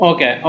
Okay